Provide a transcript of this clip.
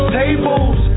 tables